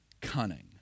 cunning